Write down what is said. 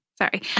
sorry